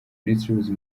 minisitiri